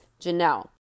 janelle